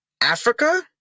Africa